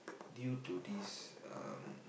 due to this um